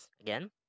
Again